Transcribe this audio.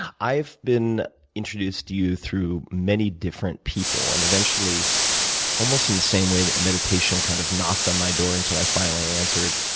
i've been introduced to you through many different people and, eventually almost with and the same way that meditation kind of knocked on my door until i finally answered